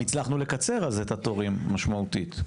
הצלחנו לקצר אז את התורים משמעותית.